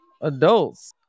adults